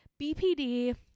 BPD